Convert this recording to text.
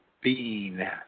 Bean